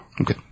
Okay